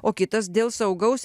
o kitas dėl saugaus